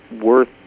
worth